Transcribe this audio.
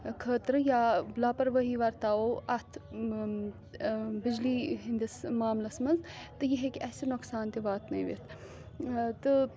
خٲطرٕ یا لاپَروٲہی ورتاوو اَتھ بِجلی ہِنٛدِس معاملَس منٛز تہٕ یہِ ہیٚکہِ اَسہِ نۄقصان تہِ واتنٲوِتھ تہٕ